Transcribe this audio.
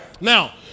Now